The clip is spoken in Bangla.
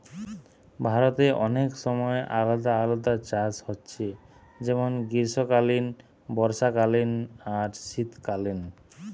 ভারতে অনেক সময় আলাদা আলাদা চাষ হচ্ছে যেমন গ্রীষ্মকালীন, বর্ষাকালীন আর শীতকালীন